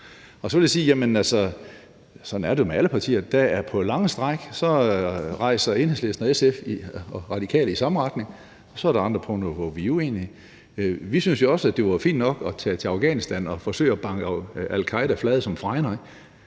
sådan er det jo med alle partier – at på lange stræk bevæger Enhedslisten, SF og Radikale sig i samme retning, og så er der andre punkter, hvor vi uenige. Vi syntes jo også, det var fint nok at tage til Afghanistan og forsøge at banke al-Qaeda flade som fregner,